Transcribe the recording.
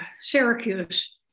syracuse